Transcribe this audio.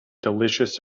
delicious